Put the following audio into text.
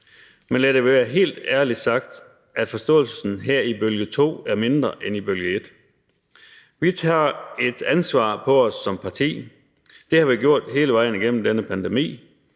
Men lad det være sagt helt ærligt: Forståelsen her i anden bølge er mindre end i første bølge. Vi tager et ansvar på os som parti. Det har vi gjort hele vejen igennem denne pandemi.